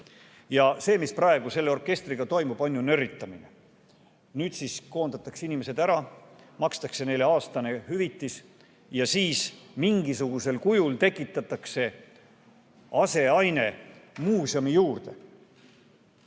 See, mis praegu selle orkestriga toimub, on ju nörritamine. Nüüd koondatakse inimesed ära, makstakse neile aastane hüvitis ja siis mingisugusel kujul tekitatakse aseaine muuseumi juurde,